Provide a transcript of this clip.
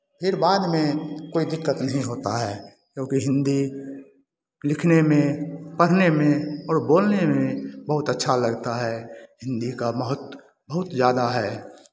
फिर बाद मे कोई दिक्कत नहीं होता है क्योंकि हिन्दी लिखने में पढ़ने में और बोलने में बहुत अच्छा लगता है हिन्दी का महत्त्व बहुत ज़्यादा है